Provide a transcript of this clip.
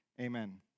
Amen